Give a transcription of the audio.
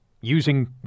using